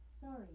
Sorry